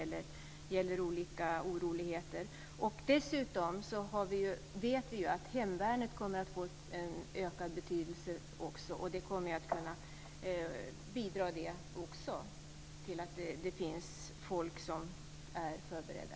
Vi vet dessutom att hemvärnet kommer att få en ökad betydelse och kommer att kunna bidra till att det finns personer som är förberedda.